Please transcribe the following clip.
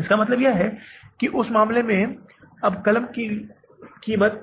इसका मतलब है कि उस मामले में अब कलम की कीमत